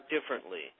differently